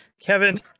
Kevin